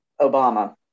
Obama